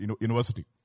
university